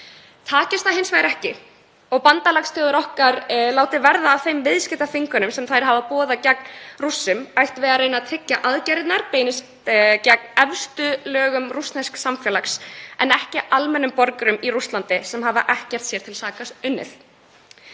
Takist það hins vegar ekki og bandalagsþjóðir okkar láta verða af þeim viðskiptaþvingunum sem þær hafa boðað gegn Rússum ættum við að reyna að tryggja að aðgerðirnar beinist gegn efstu lögum rússnesks samfélags en ekki að almennum borgurum í Rússlandi sem hafa ekkert sér til saka unnið.